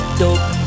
dope